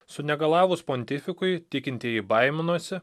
sunegalavus pontifikui tikintieji baiminosi